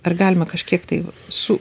ar galima kažkiek tai su